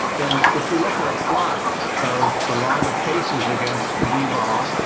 and if you look at a plot of the log of cases against dvol,